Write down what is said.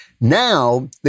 Now